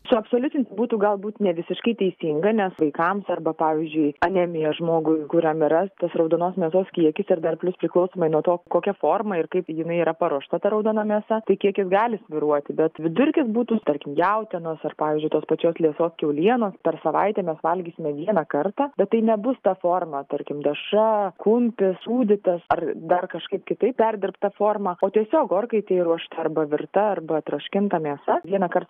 suabsoliutint būtų galbūt nevisiškai teisinga nes vaikams arba pavyzdžiui anemija žmogui kuriam yra tas raudonos mėsos kiekis ir dar plius priklausomai nuo to kokia forma ir kaip jinai yra paruošta ta raudona mėsa tai kiekis gali svyruoti bet vidurkis būtų tarkim jautienos ar pavyzdžiui tos pačios liesos kiaulienos per savaitę mes valgysime vieną kartą bet tai nebus ta forma tarkim dešra kumpis sūdytas ar dar kažkaip kitaip perdirbta forma o tiesiog orkaitėje ruošta arba virta arba troškinta mėsa vienąkart